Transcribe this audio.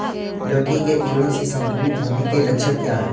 लौकी के कीड़ों से संक्रमित होने के लक्षण क्या हैं?